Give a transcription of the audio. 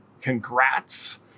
Congrats